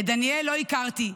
את דניאל לא הכרתי,